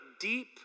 deep